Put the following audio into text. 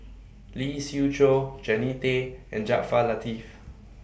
Lee Siew Choh Jannie Tay and Jaafar Latiff